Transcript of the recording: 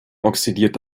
oxidiert